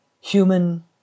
human